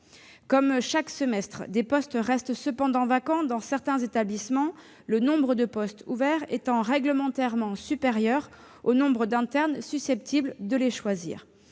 comme chaque semestre, des postes restent vacants dans certains établissements, le nombre de postes ouverts étant réglementairement supérieur au nombre d'internes susceptibles de les choisir.